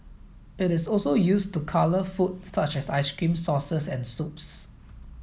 it is also used to colour food such as ice cream sauces and soups